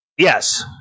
Yes